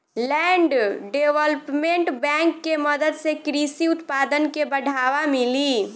land development bank के मदद से कृषि उत्पादन के बढ़ावा मिली